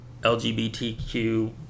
LGBTQ